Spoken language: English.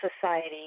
society